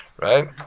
Right